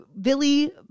Billy